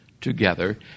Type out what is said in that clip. together